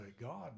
God